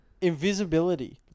Invisibility